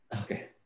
Okay